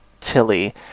Tilly